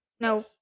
No